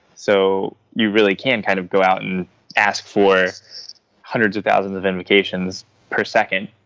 so you really can kind of go out and ask for hundreds of thousands of invitation per second,